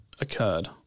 occurred